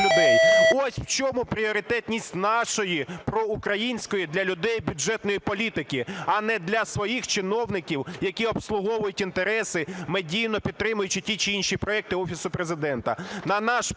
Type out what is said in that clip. Ось в чому пріоритетність нашої проукраїнської для людей бюджетної політики, а не для своїх чиновників, які обслуговують інтереси, медійно підтримуючи ті чи інші проекти Офісу Президента.